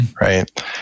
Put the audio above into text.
right